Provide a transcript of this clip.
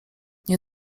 nie